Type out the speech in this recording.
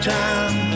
time